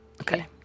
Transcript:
Okay